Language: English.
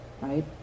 right